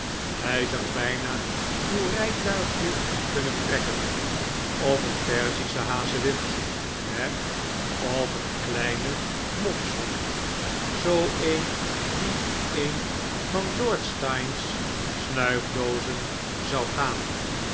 hij zou bijna uw rijtuigje kunnen trekken of een perzische hazewind he of een kleine mopshond zoo een die in een van lord steyne's snuifdoozen zou gaan